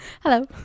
Hello